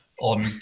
on